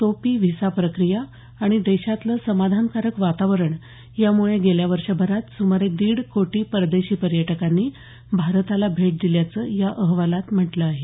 सोपी व्हिसा प्रक्रिया आणि देशातलं समाधानकारक वातावरण यामुळे गेल्या वर्षभरात सुमारे दीड कोटी परदेशी पर्यटकांनी भारताला भेट दिल्याचं या अहवालात म्हटलं आहे